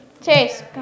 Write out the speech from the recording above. Chase